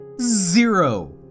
Zero